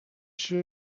się